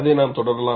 அதை நாம் தொடரலாம்